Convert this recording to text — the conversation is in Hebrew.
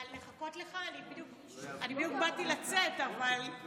שלוש דקות לרשותך, אדוני.